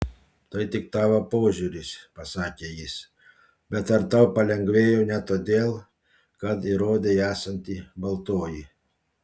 tai tik tavo požiūris pasakė jis bet ar tau palengvėjo ne todėl kad įrodei esanti baltoji